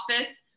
office